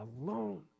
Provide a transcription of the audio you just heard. alone